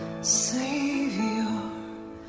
Savior